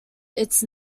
its